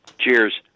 Cheers